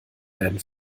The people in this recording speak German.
werden